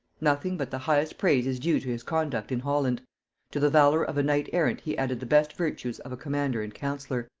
nothing but the highest praise is due to his conduct in holland to the valor of a knight-errant he added the best virtues of a commander and counsellor.